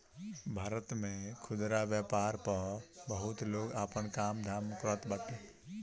भारत में खुदरा व्यापार पअ बहुते लोग आपन काम धाम करत बाटे